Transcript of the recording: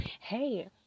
hey